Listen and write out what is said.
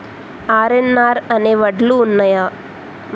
RNR అనే వడ్లు ఉన్నయా?